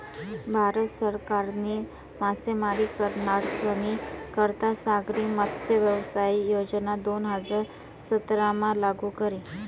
भारत सरकारनी मासेमारी करनारस्नी करता सागरी मत्स्यव्यवसाय योजना दोन हजार सतरामा लागू करी